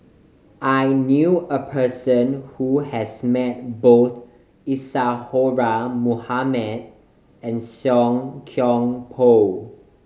I knew a person who has met both Isadhora Mohamed and Song Koon Poh